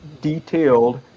detailed